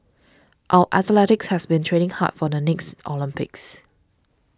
our athletes have been training hard for the next Olympics